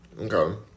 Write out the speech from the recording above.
Okay